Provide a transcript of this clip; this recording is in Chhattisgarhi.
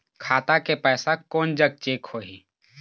खाता के पैसा कोन जग चेक होही?